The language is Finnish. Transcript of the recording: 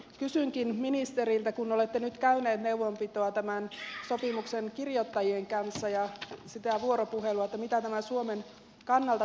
kysynkin ministeriltä kun olette nyt käynyt neuvonpitoa tämän sopimuksen kirjoittajien kanssa ja sitä vuoropuhelua mitä tämä suomen kannalta tarkoittaisi